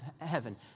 heaven